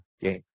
game